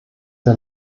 der